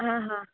હા હા